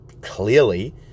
clearly